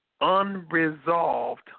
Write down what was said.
Unresolved